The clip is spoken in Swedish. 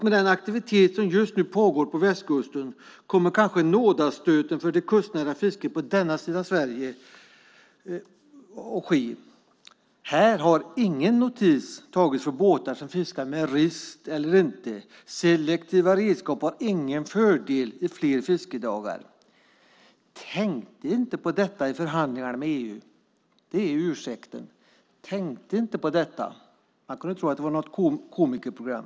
Med den aktivitet som just nu pågår på västkusten kommer kanske nådastöten för det kustnära fisket på denna sida av Sverige. Här har det inte tagits någon notis om båtar som fiskar med rist eller inte. Selektiva redskap har ingen fördel i fler fiskedagar. "Tänkte inte på detta i förhandlingarna med EU", är ursäkten - "tänkte inte på detta"; man kan tro att det gäller ett komikerprogram.